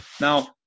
Now